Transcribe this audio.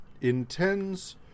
intends